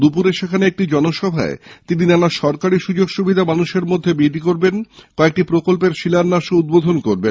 দুপুরে সেখানে একটি জনসভায় তিনি নানা সরকারি সুযোগ সুবিধা মানুষের মধ্যে বিলি করবেন কয়েকটি প্রকল্পের শিলান্যাস ও উদ্বোধন করবেন